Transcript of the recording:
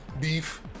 Beef